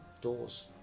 Doors